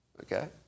Okay